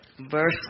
Verse